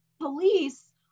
police